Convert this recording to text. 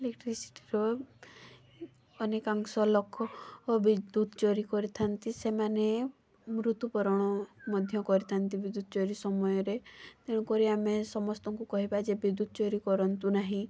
ଇଲେଟ୍ରିସିଟିର ଅନେକାଂଶ ଲୋକ ବିଦ୍ୟୁତ୍ ଚୋରି କରିଥାଆନ୍ତି ସେମାନେ ମୃତ୍ୟୁବରଣ ମଧ୍ୟ କରିଥାଆନ୍ତି ବିଦ୍ୟୁତ୍ ଚୋରି ସମୟରେ ତେଣୁକରି ଆମେ ସମସ୍ତଙ୍କୁ କହିବା ଯେ ବିଦ୍ୟୁତ୍ ଚୋରି କରନ୍ତୁ ନାହିଁ